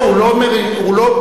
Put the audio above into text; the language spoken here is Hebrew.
לטעות, הוא אומר את דעתו.